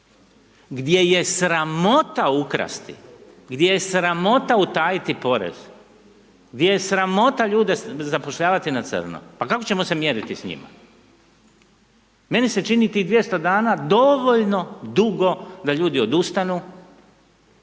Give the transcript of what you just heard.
Gdje je sramota ukrasti, gdje je sramota utajiti porez, gdje je sramota ljude zapošljavati na crno, pa kako ćemo se mjeriti sa njima? Meni se čini tih 200 dana dovoljno dugo da ljudi odustanu